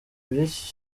by’iki